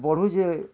ବଢ଼ୁଛେ